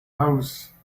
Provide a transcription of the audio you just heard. house